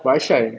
but I shy